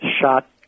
shot